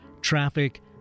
traffic